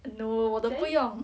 no 我都不用